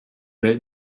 welt